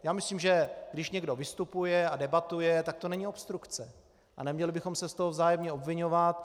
Já myslím, že když někdo vystupuje a debatuje, tak to není obstrukce a neměli bychom se z toho vzájemně obviňovat.